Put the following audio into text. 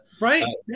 right